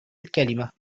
الكلمة